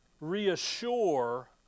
reassure